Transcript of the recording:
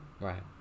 Right